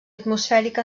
atmosfèrica